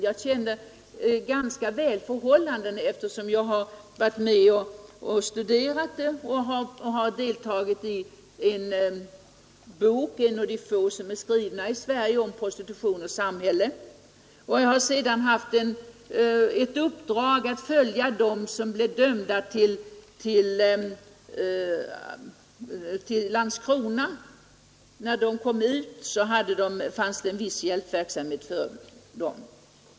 Jag känner till de här förhållandena ganska väl, eftersom jag varit med om att studera dem och skriva en bok — en av de få som är skrivna i Sverige — om prostitution och samhälle. Jag har sedan haft i uppdrag att följa dem som blivit dömda till vistelse i Landskronafängelset. Det fanns en viss hjälpverksamhet för dem när de blev fria.